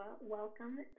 Welcome